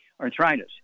arthritis